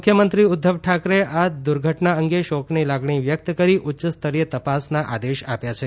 મુખ્યમંત્રી ઉદ્વવ ઠાકરેએ આ દુર્ઘટના અંગે શોકની લાગણી વ્યક્ત કરી ઉચ્ચસ્તરીય તપાસના આદેશ આપ્યા છે